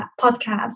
podcast